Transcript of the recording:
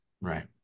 Right